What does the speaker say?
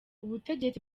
ubutegetsi